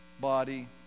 body